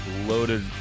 loaded